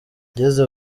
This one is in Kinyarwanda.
ngeze